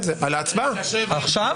יש ישיבת זה עוד.